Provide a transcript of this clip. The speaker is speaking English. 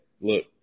look